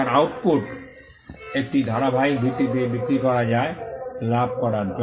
তার আউটপুট একটি ধারাবাহিক ভিত্তিতে বিক্রি করা যায় লাভ করার জন্য